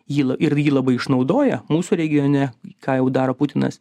jį l ir jį labai išnaudoja mūsų regione ką jau daro putinas